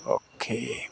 okay